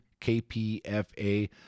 KPFA